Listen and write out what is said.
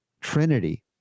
Trinity